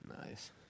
Nice